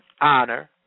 honor